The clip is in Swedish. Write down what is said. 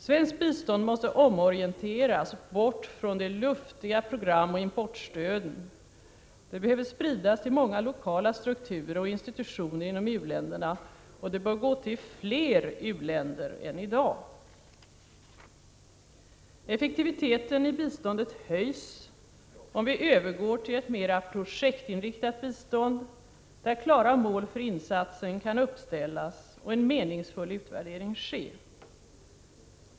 Svenskt bistånd måste omorienteras bort från de luftiga programoch importstöden. Det behöver spridas till många lokala strukturer och institutioner inom u-länderna, och det bör gå till fler u-länder än i dag. Effektiviteten i biståndet höjs om vi övergår till ett mera projektinriktat bistånd där klara mål för insatsen kan uppställas och en meningsfull utvärdering ske.